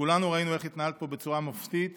כולנו ראינו איך התנהלת פה בצורה מופתית